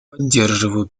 поддерживаю